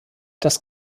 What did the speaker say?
das